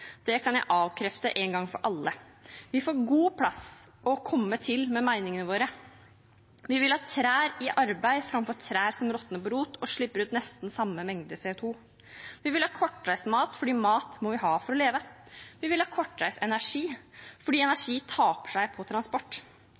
Det kan jeg avkrefte en gang for alle; vi får god plass og kommer til med meningene våre. Vi vil ha trær i arbeid framfor trær som råtner på rot og slipper ut nesten samme mengde CO 2 . Vi vil ha kortreist mat fordi mat må vi ha for å leve. Vi vil ha kortreist energi, fordi energi taper seg ved transport.